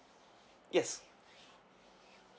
yes